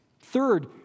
Third